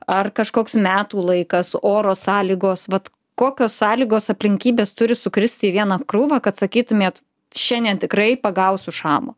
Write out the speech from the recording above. ar kažkoks metų laikas oro sąlygos vat kokios sąlygos aplinkybės turi sukristi į vieną krūvą kad sakytumėt šiandien tikrai pagausiu šamą